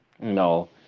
no